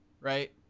Right